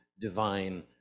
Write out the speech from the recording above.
divine